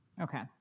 Okay